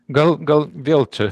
gal gal vėl čia